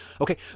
Okay